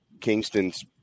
Kingston's